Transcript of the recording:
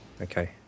Okay